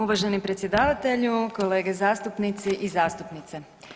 Uvaženi predsjedavatelju, kolege zastupnici i zastupnice.